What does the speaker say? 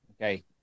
Okay